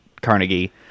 carnegie